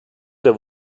der